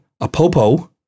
Apopo